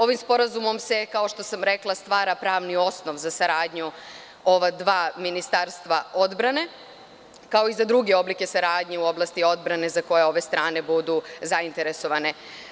Ovim sporazumom se stvara pravni osnov za saradnju ova dva ministarstva odbrane, kao i za druge oblike saradnje u oblasti odbrane za koje obe strane budu zainteresovane.